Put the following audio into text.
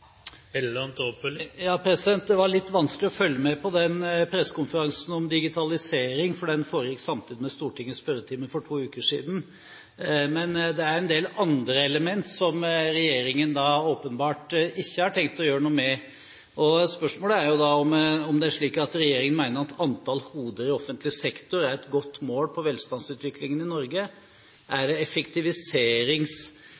Det var litt vanskelig å følge med på den pressekonferansen om digitalisering, fordi den foregikk samtidig med Stortingets spørretime for to uker siden. Men det er en del andre elementer som regjeringen åpenbart ikke har tenkt å gjøre noe med. Spørsmålet er da om det er slik at regjeringen mener at antall hoder i offentlig sektor er et godt mål for velstandsutviklingen i Norge.